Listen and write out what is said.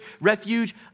refuge